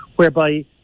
whereby